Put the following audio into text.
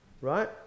right